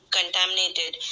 contaminated